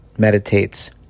meditates